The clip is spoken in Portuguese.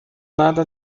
nada